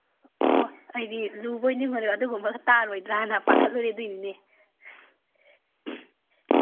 ꯑꯣ ꯑꯩꯗꯤ ꯂꯨꯕꯣꯏ ꯅꯤꯡꯉꯨꯔꯦ ꯑꯗꯨꯒꯨꯝꯕ ꯇꯥꯔꯣꯏꯗ꯭ꯔꯥꯅ ꯄꯥꯈꯠꯂꯨꯔꯦ ꯑꯗꯨꯒꯤꯅꯤꯅꯦ